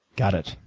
got it.